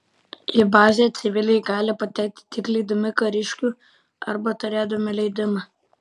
į bazę civiliai gali patekti tik lydimi kariškių arba turėdami leidimą